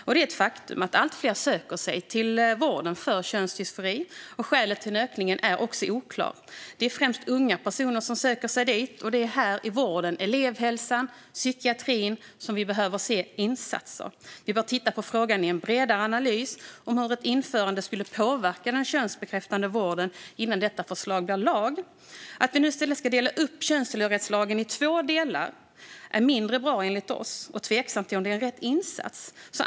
Det är ett faktum att allt fler söker sig till vården för könsdysfori, och skälet till ökningen är oklar. Det är främst unga personer som söker sig dit. Det är i vården, elevhälsan och psykiatrin som vi behöver se insatser. Vi bör titta på frågan i en bredare analys om hur ett införande skulle påverka den könsbekräftande vården innan detta förslag blir lag. Att vi nu i stället ska dela upp könstillhörighetslagen i två delar är mindre bra enligt oss, och vi är tveksamma till om det är rätt insats.